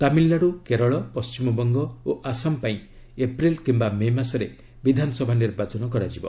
ତାମିଲନାଡ଼ୁ କେରଳ ପଶ୍ଚିମବଙ୍ଗ ଓ ଆସାମ ପାଇଁ ଏପ୍ିଲ୍ କିମ୍ବା ମେ ମାସରେ ବିଧାନସଭା ନିର୍ବାଚନ କରାଯିବ